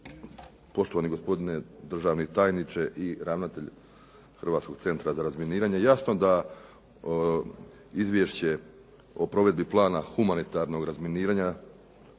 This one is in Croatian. poštovani gospodine državni tajniče, ravnatelju Hrvatskog centra za razminiranje. Jasno da izvješće o provedbi plana humanitarnog razminiranja